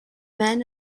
men